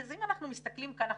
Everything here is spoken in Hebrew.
אם אנחנו מסתכלים כאן,